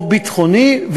או ביטחוני,